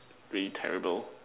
really terrible